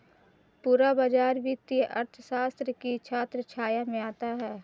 पूरा बाजार वित्तीय अर्थशास्त्र की छत्रछाया में आता है